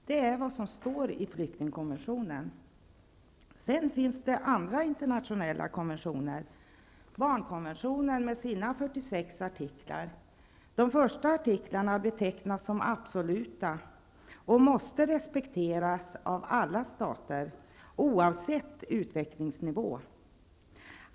Det är vad som står i flyktingkonventionen. Sedan finns det andra internationella konventioner, bl.a. barnkonventionen med sina 46 artiklar. De första artiklarna betecknas som absoluta och måste respekteras av alla stater, oavsett utvecklingsnivå.